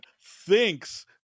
thinks